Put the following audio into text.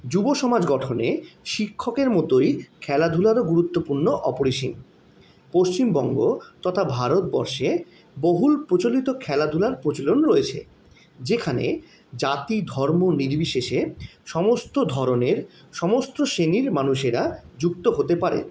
যুবসমাজ গঠনে শিক্ষকের মতই খেলাধুলারও গুরুত্বপূর্ণ অপরিসীম পশ্চিমবঙ্গ তথা ভারতবর্ষে বহুল প্রচলিত খেলাধুলার প্রচলন রয়েছে যেখানে জাতি ধর্ম নির্বিশেষে সমস্ত ধরনের সমস্ত শ্রেণীর মানুষেরা যুক্ত হতে পারে